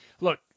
Look